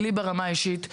ולי ברמה האישית,